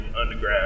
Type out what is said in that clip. underground